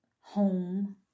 home